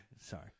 Sorry